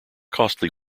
costly